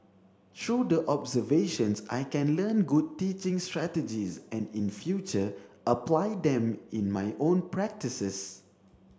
through the observations I can learn good teaching strategies and in future apply them in my own practices